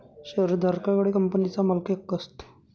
शेअरधारका कडे कंपनीचा मालकीहक्क असतो